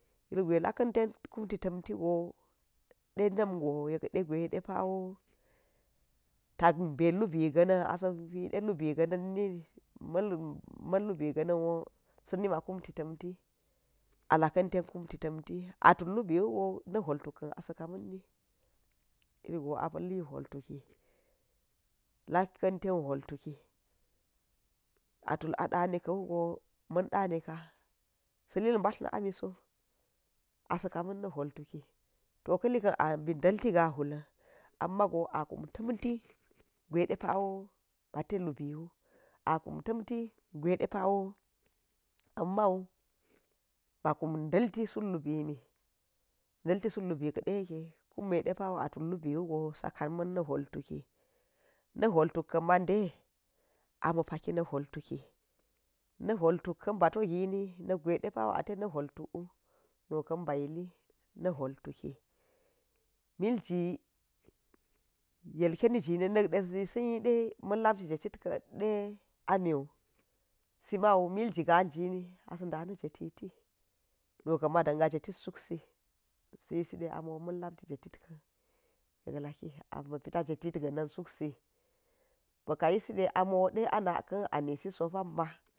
Ilgwe laka̱n ten kum ti ta̱m tigo denam go yek degwe depawo ta mba lubi ga̱ na̱n asa̱ whi de lubi ga̱ na̱n ma̱n lubi ma̱n lubi ga̱ na̱n woo sa̱ ni ma kumti tamti a la̱ka̱n ta kumti tamti a tull lubi wugo na̱ whol tuk ka̱n a sa̱n kamani, ilgo a tuli whol tuki laka̱n ten whol tuki a tul a dannika̱ wugo ma̱n danika sa̱ lil ba̱tla na̱ whol tuki to ka̱ lika̱n a mbi ndlti gawhula̱n ama go a kum tamti gwedepawo bate lu bi wu, a kum tamti gwedepawo amau ba ku nda̱ lti sut lubi mi ndliti sut lubi ka̱ de yeke kume depawo a su lubi wugo sa kama̱n na̱ whol tuki, na̱ whol tuk made a ma̱paki na̱ whl tuki na̱ whol tula to a to gini na̱ gwe depa de na̱ who tuk wo nu ka̱n ba yili na̱ whol tuki, milji yilkeniji na̱k de sa̱ yisin de ma̱n lamit ka̱ de amiwu siman milji gajini asa̱ da̱ na̱ jetiti nu ka̱m ma danga jetiti suk si siyisidelama ma̱n la̱mti jetit ka̱n yek laki ama̱ pita jetitga̱ naa̱ suk si baka yiside amo de ana kan a nisiso pamma